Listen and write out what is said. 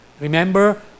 Remember